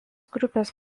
grupės